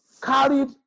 carried